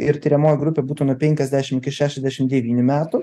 ir tiriamoji grupė būtų nuo penkiasdešim iki šešiasdešim devynių metų